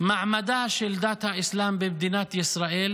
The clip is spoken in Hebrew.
מעמדה של דת האסלאם במדינת ישראל,